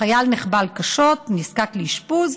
החייל נחבל קשות ונזקק לאשפוז.